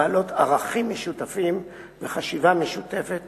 בעלות ערכים משותפים וחשיבה משותפת